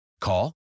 Call